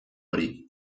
hori